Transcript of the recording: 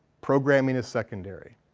programing is secondary.